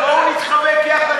בואו נתחבט יחד.